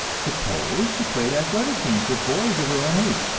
suppose she played athletic games with boys of her own age,